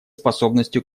способностью